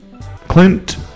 Clint